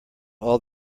all